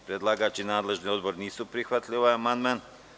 Predlagač i nadležni odbor nisu prihvatili ovaj amandman.